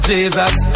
Jesus